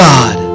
God